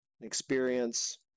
experience